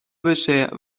بشه